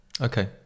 Okay